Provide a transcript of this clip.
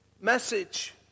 message